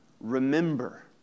Remember